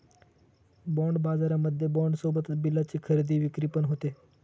bond बाजारामध्ये bond सोबतच बिलाची खरेदी विक्री पण होते